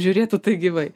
žiūrėtų tai gyvai